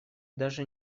даже